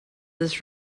des